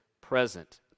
present